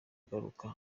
agaruka